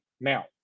Now